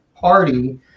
party